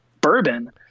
bourbon